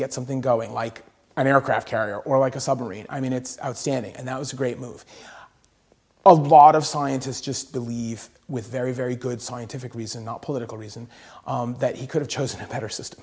get something going like an aircraft carrier or like a submarine i mean it's outstanding and that was a great move a lot of scientists just believe with very very good scientific reason not political reason that he could have chosen a better syste